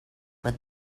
but